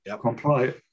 comply